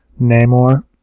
Namor